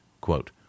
quote